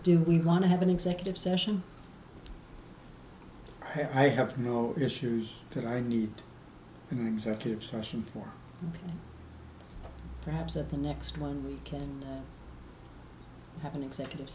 do we want to have an executive session i have no issues that i need in executive session or perhaps at the next one we can have an executive